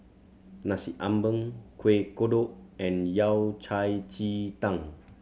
Nasi Ambeng Kueh Kodok and Yao Cai ji tang